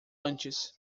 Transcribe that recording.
antes